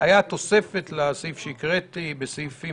הייתה תוספת לסעיף שהקראתי: בסעיפים